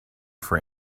for